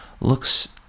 looks